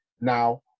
now